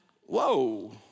whoa